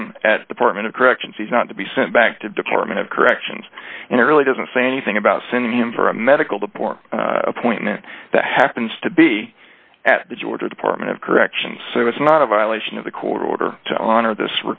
him at the portman of corrections he's not to be sent back to the department of corrections and it really doesn't say anything about sending him for a medical board appointment that happens to be at the georgia department of corrections so it's not a violation of the court order to honor this